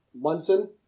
Munson